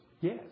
Yes